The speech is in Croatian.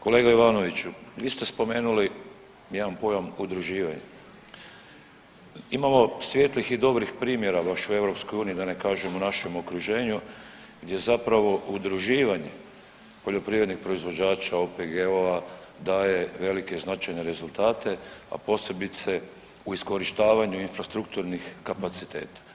Kolega Ivanoviću, vi ste spomenuli jedan pojam udruživanje, imamo svijetlih i dobrih primjera baš u EU da ne kažem u našem okruženju gdje zapravo udruživanje poljoprivrednih proizvođača, OPG-ova daje velike i značajne rezultate, a posebice u iskorištavanju infrastrukturnih kapaciteta.